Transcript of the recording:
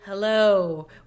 Hello